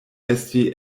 esti